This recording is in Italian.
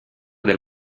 del